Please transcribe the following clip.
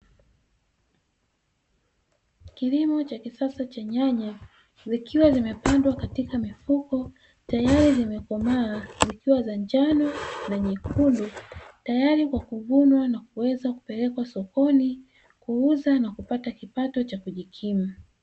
Kilimo cha kisasa cha nyanya zikiwa zimepandwa katika mifuko, tayari zimekomaa zikiwa za njano na nyekundu tayari kwa kuvunwa na kuweza kupelekwa sokoni kuuza na kupata kipato cha chini.